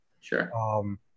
Sure